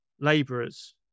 laborers